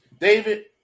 David